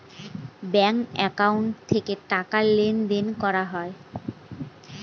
ব্যাঙ্কে একাউন্ট গুলো থেকে টাকা লেনদেন করা হয়